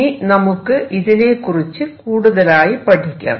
ഇനി നമുക്ക് ഇതിനെകുറിച്ച് കൂടുതലായി പഠിക്കാം